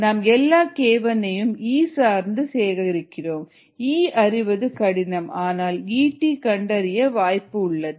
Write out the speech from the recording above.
நாம் எல்லா k1 யும் E சார்ந்து சேகரிக்கிறோம் E அறிவது கடினம் ஆனால் Et கண்டறிய வாய்ப்பு உள்ளது